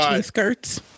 Skirts